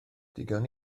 digon